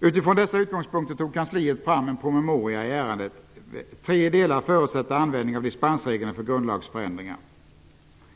Utifrån dessa utgångspunkter tog kansliet fram en promemoria i ärendet. Tre delar förutsatte användning av dispensregeln för grundlagsförändringar.